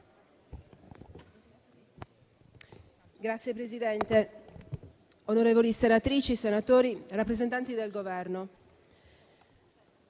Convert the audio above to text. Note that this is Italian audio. Signor Presidente, onorevoli senatrici e senatori, rappresentanti del Governo,